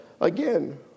again